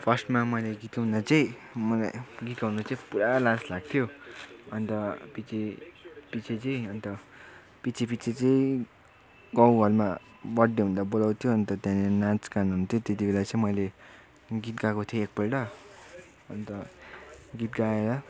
फर्स्टमा मैले गीत गाउँदा चाहिँ मलाई गीत गाउनु चाहिँ पुरा लाज लाग्थ्यो अन्त पिछे पछि चाहिँ अन्त पछि पछि चाहिँ गाउँ घरमा बर्थडे हुँदा बोलाउँथ्यो अन्त त्यहाँनिर नाचगान हुन्थ्यो त्यति बेला चाहिँ मैले गीत गाएको थिएँ एकपल्ट अन्त गीत गाएर